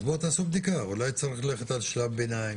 אז בואו תעשו בדיקה אולי צריך ללכת על שלב ביניים,